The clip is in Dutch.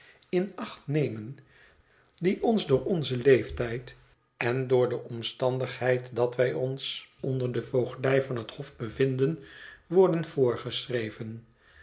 in acht nemen die ons door onzen leeftijd en door de omstandigheid dat wij ons onder de voogdij van het hof bevinden worden voorgeschreven